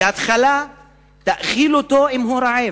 בהתחלה תאכיל אותו אם הוא רעב,